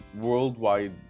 worldwide